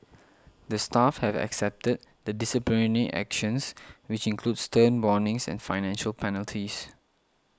the staff have accepted the disciplinary actions which include stern warnings and financial penalties